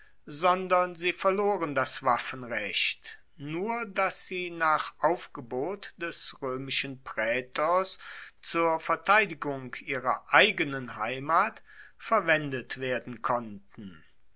sondern sie verloren das waffenrecht nur dass sie nach aufgebot des roemischen praetors zur verteidigung ihrer eigenen heimat verwendet werden konnten